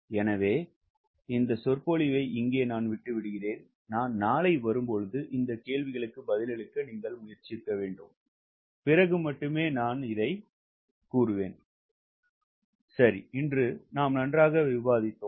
எனவே இந்த சொற்பொழிவை இங்கே விட்டு விடுகிறேன் நான் நாளை வரும்போதுஇந்த கேள்விக்கு பதிலளிக்க நீங்கள் ஏற்கனவே முயற்சி செய்துள்ளீர்கள் பிறகு மட்டுமே நான் அதை நினைப்பேன்நாங்கள் நன்றாக இருந்தோம்